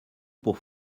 pour